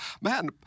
man